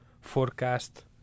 forecast